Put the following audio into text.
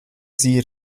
sie